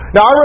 Now